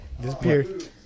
Disappeared